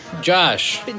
Josh